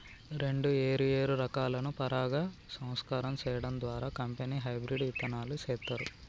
రెండు ఏరు ఏరు రకాలను పరాగ సంపర్కం సేయడం ద్వారా కంపెనీ హెబ్రిడ్ ఇత్తనాలు సేత్తారు